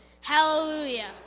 Hallelujah